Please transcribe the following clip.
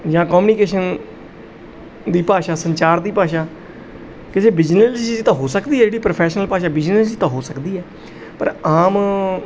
ਜਾਂ ਕਮਿਊਨੀਕੇਸ਼ਨ ਦੀ ਭਾਸ਼ਾ ਸੰਚਾਰ ਦੀ ਭਾਸ਼ਾ ਕਿਸੇ ਬਿਜਨਸ 'ਚ ਤਾਂ ਹੋ ਸਕਦੀ ਜਿਹੜੀ ਪ੍ਰੋਫੈਸ਼ਨਲ ਭਾਸ਼ਾ ਬਿਜਨਸ 'ਚ ਤਾਂ ਹੋ ਸਕਦੀ ਹੈ ਪਰ ਆਮ